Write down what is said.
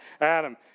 Adam